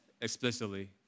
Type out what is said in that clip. explicitly